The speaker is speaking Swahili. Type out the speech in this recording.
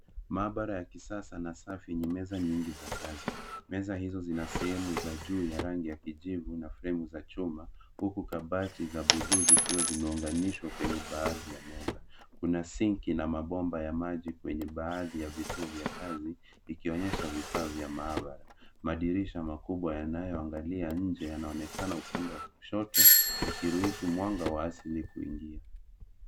Maabara ya kisasa na safi yenye meza nyingi za kazi. Meza hizo zina sehemu za juu yenye rangi ya kijivu na fremu za chuma huku kabati za buluu zikiwa zimeunganishwa kwenye baadhi ya meza. Kuna sinki na mabomba ya maji kwenye baadhi ya vituo vya kazi ikionyesha vifaa vya maabara. Madirisha makubwa yanayoangalia nje yanaonekana upande wa kushoto yakiruhusu mwanga wa asili kuingia.